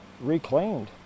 reclaimed